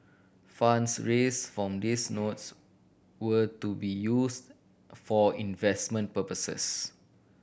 funds raise form these notes were to be use for investment purposes